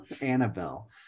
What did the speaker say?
Annabelle